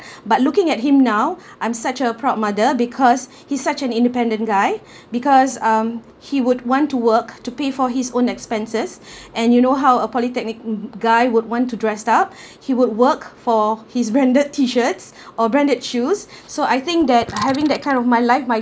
but looking at him now I'm such a proud mother because he's such an independent guy because um he would want to work to pay for his own expenses and you know how a polytechnic guy would want to dress out he would work for his branded t-shirts or branded shoes so I think that having that kind of my life my